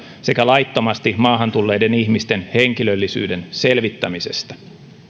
sekä laittomasti maahan tulleiden ihmisten henkilöllisyyden selvittämisestä